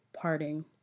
parting